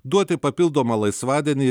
duoti papildomą laisvadienį